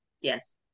Yes